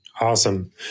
Awesome